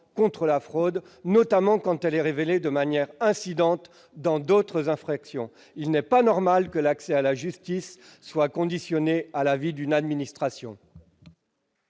contre la fraude, notamment quand celle-ci est révélée de manière incidente dans le cadre d'autres infractions. Il est anormal que l'accès à la justice soit conditionné à l'avis d'une administration